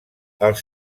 els